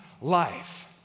life